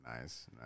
Nice